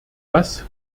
das